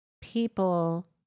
people